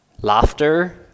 Laughter